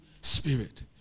spirit